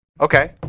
Okay